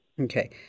Okay